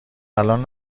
الان